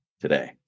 today